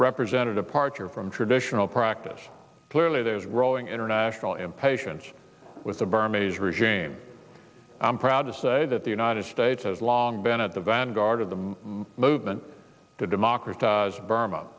represented a partner from traditional practices clearly there is a growing international impatience with the vermes regime i'm proud to say that the united states has long been at the vanguard of the movement to democratize burma